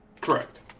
Correct